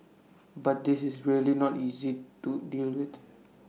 but this is really not easy to deal with